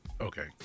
Okay